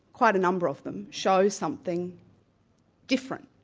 quite a number of them, show something different.